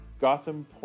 Gotham